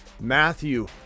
Matthew